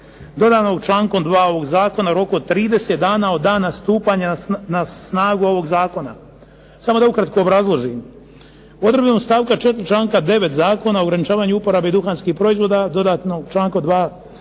dodanog člankom 2. ovoga zakona, u roku od 30 dana od dana stupanja na snagu ovoga zakona. Samo da ukratko obrazložim. Odredbom stavka 4. članka 9. Zakona o ograničavanju uporabe duhanskih proizvoda, dodanog člankom 2. ovoga zakona,